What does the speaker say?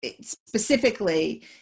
specifically